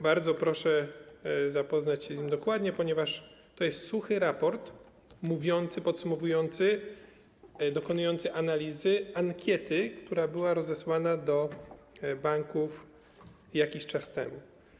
Bardzo proszę zapoznać się z nim dokładnie, ponieważ to jest suchy raport podsumowujący, dokonujący analizy ankiety, która była rozesłana do banków jakiś czas temu.